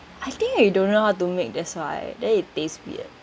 I think I don't know how to make that's why then it taste weird